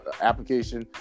application